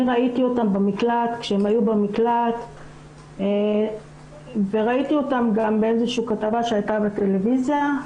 ראיתי אותן כשהן היו במקלט וראיתי אותן גם באיזו כתבה שהיתה בטלוויזיה.